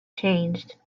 changed